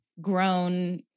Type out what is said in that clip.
grown